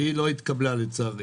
שהיא לא התקבלה, לצערי.